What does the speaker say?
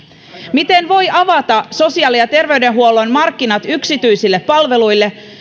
miten voi avata sosiaali ja terveydenhuollon markkinat yksityisille palveluille